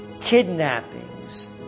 kidnappings